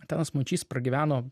antanas mončys pragyveno